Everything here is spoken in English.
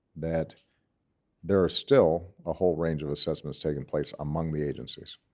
that there are still a whole range of assessments taking place among the agencies.